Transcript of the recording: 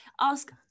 ask